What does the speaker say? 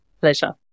Pleasure